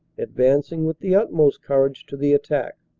advancing with the utmost courage to the attack,